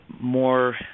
more